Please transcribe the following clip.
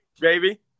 Baby